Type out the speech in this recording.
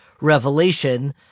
revelation